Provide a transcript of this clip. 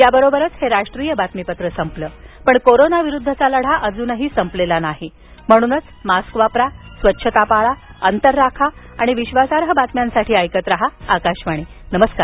याबरोबरच हे राष्ट्रीय बातमीपत्र संपल पण कोरोना विरुद्धचा लढा अजून संपलेला नाही म्हणूनच मास्क वापरा स्वच्छता पाळा अंतर राखा आणि विश्वासार्ह बातम्यांसाठी ऐकत रहा आकाशवाणी नमस्कार